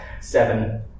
seven